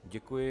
Děkuji.